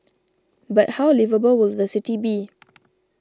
but how liveable will the city be